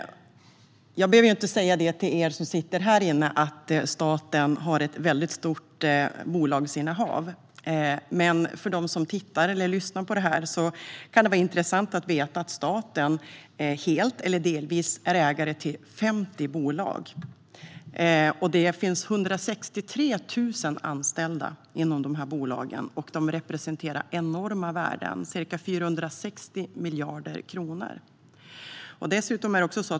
Jag behöver inte säga till er som sitter här i kammaren att staten har ett väldigt stort bolagsinnehav. Men för dem som tittar eller lyssnar på detta kan det vara intressant att veta att staten helt eller delvis är ägare till 50 bolag. Inom dessa bolag finns 163 000 anställda, och bolagen representerar enorma värden: ca 460 miljarder kronor.